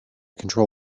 control